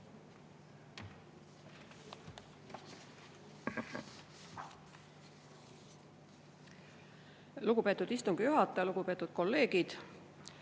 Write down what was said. Lugupeetud istungi juhataja! Lugupeetud kolleegid!